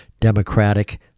democratic